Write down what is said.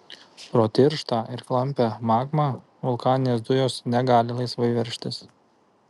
pro tirštą ir klampią magmą vulkaninės dujos negali laisvai veržtis